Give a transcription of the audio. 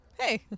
hey